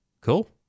Cool